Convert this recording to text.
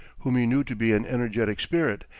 whom he knew to be an energetic spirit,